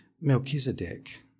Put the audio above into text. Melchizedek